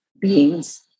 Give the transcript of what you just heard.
beings